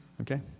Okay